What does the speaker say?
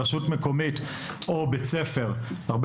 רשות מקומית או בית ספר מעדיפים הרבה